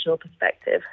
perspective